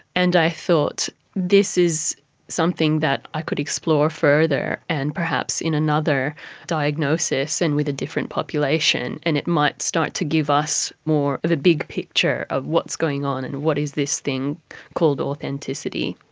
and i thought this is something that i could explore further and perhaps in another diagnosis and with a different population and it might start to give us more of a big picture of what's going on and what is this thing called authenticity.